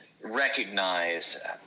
recognize